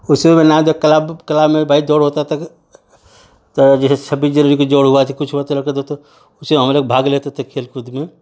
उसी में न कला में भाई दौड़ होता था त जैसे छब्बीस जनवरी का दौड़ हुआ ज कुछ हुवा उसे हम लोग भाग लेते थे खेल कूद में